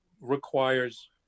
requires